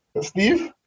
Steve